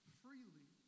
freely